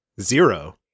Zero